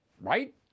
right